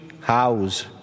house